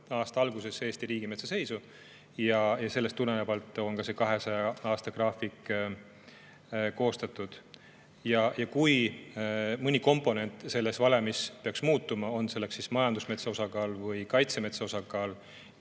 aasta alguses Eesti riigimetsa seisu ja sellest tulenevalt on ka see 200 aasta graafik koostatud. Kui mõni komponent selles valemis peaks muutuma, on selleks siis majandusmetsa osakaal, kaitsemetsa osakaal